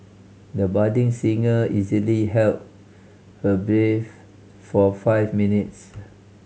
the budding singer easily held her breath for five minutes